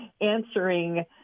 answering